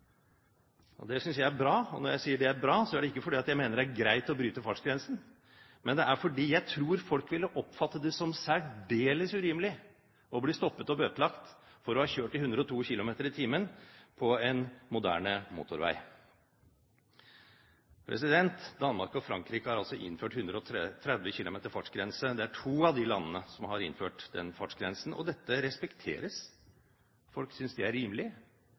fartskontroll. Det synes jeg er bra. Når jeg sier at det er bra, så er det ikke fordi jeg mener det er greit å bryte fartsgrensen, men det er fordi jeg tror folk ville oppfatte det som særdeles urimelig å bli stoppet og bøtelagt for å ha kjørt i 102 km/t på en moderne motorvei. Danmark og Frankrike har innført 130 km/t fartsgrense – det er to av de landene som har innført den fartsgrensen. Dette respekteres. Folk synes det er rimelig.